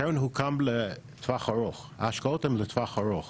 הקרן הוקמה לטווח ארוך, ההשקעות הן לטווח ארוך